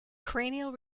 cranial